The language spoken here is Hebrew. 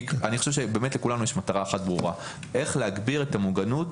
כי אני חושב שלכולנו יש מטרה אחת ברורה איך להגביר את המוגנות